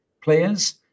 players